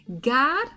God